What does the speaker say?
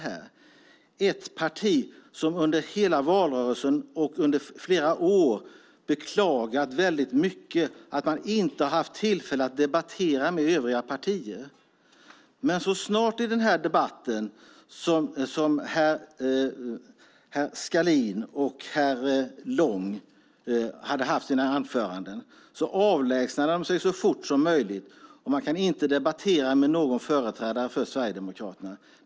Det är ett parti som under hela valrörelsen och under flera år så mycket har beklagat att de inte har haft tillfälle att debattera med övriga partier. Men så snart herr Skalin och herr Lång hade hållit sina anföranden i debatten avlägsnade de sig så fort som möjligt. Man kan nu inte debattera med någon företrädare för Sverigedemokraterna.